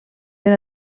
per